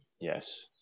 Yes